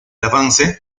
avance